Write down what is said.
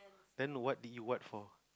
then what did he what for